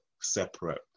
separate